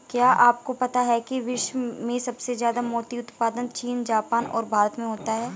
क्या आपको पता है विश्व में सबसे ज्यादा मोती उत्पादन चीन, जापान और भारत में होता है?